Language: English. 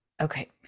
Okay